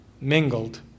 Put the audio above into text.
mingled